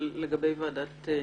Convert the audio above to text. אבל לגבי ועדת גולדברג?